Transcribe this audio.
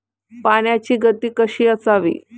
पाण्याची गती कशी असावी?